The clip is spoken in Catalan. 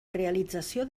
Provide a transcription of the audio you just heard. realització